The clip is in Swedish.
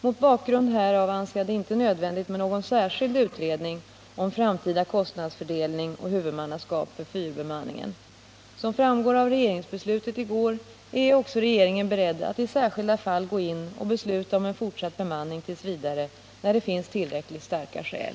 Mot bakgrund härav anser jag det inte nödvändigt med någon särskild utredning om framtida kostnadsfördelning och huvudmannaskap för fyrbemanningen. Som framgår av regeringsbeslutet i går är också regeringen beredd att i särskilda fall gå in och besluta om en fortsatt bemanning t. v. när det finns tillräckligt starka skäl.